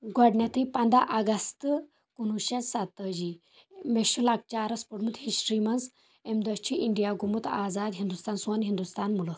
گوڈٕنیٚتھٕے پَنٛداہ اَگست کُنوُہ شَتھ سَتٲجی مےٚ چھُ لۅکٕچارس پوٚرمُت ہِسٹری منٛز اَمہِ دۄہ چھُ اِنڈِیا گوٚومُت آزاد ہندوستان سون ہنٛدوستان مُلک